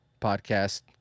podcast